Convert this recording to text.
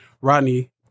Rodney